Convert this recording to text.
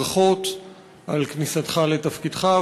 ברכות על כניסתך לתפקידך,